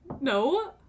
no